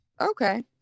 Okay